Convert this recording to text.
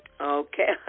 Okay